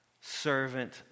Servant